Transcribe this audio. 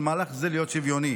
על מהלך זה להיות שוויוני.